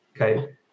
okay